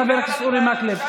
חבר הכנסת אורלי מקלב.